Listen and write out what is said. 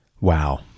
Wow